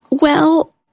Well